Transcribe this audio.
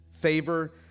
favor